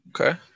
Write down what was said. Okay